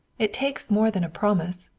it takes more than a promise.